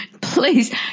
Please